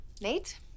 Nate